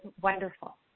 wonderful